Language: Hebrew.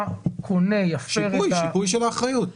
שיפוי של אחריות.